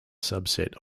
subset